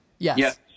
Yes